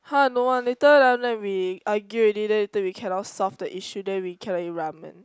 [huh] don't want later down there we argue already then later we cannot solve the issue then we cannot eat ramen